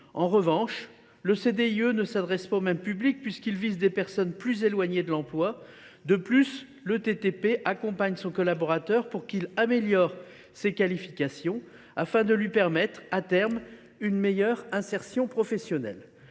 Toutefois, le CDIE ne s’adresse pas au même public, puisqu’il vise des personnes plus éloignées de l’emploi. De plus, l’ETTP accompagne son collaborateur pour que celui ci améliore ses qualifications et puisse, à terme, jouir d’une meilleure insertion professionnelle.